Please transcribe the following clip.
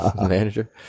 manager